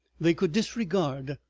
they could disregard,